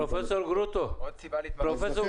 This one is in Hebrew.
פרופ' גרוטו, יש לי שאלה.